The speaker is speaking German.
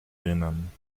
lehnen